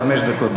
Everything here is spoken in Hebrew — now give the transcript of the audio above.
חמש דקות.